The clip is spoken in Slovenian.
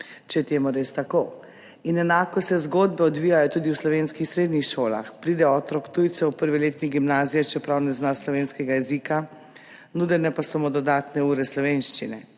če je to res tako! Enako se zgodbe odvijajo tudi v slovenskih srednjih šolah. Pride otrok tujcev v 1. letnik gimnazije, čeprav ne zna slovenskega jezika, nudene pa so mu dodatne ure slovenščine.